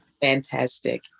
fantastic